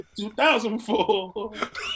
2004